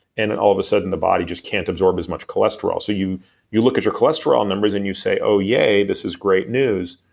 and and all of a sudden the body just can't absorb as much cholesterol. so you you look at your cholesterol numbers and you say oh yay. this is great news.